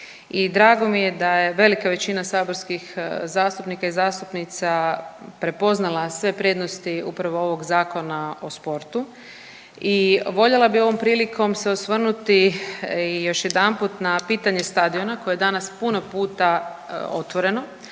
drago mi je da je velika većina saborskih zastupnika i zastupnica prepoznala sve prednosti upravo ovog Zakona o sportu i voljela bi ovom prilikom se osvrnuti još jedanput na pitanje stadiona koje je danas puno puta otvoreno,